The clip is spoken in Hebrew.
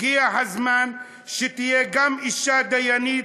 הגיע הזמן שתהיה גם אישה דיינית,